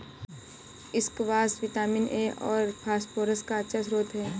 squash vitamin A और phosphorus का अच्छा श्रोत है